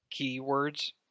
Keywords